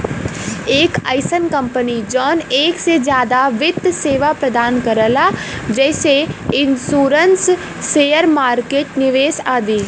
एक अइसन कंपनी जौन एक से जादा वित्त सेवा प्रदान करला जैसे इन्शुरन्स शेयर मार्केट निवेश आदि